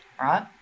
right